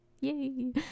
Yay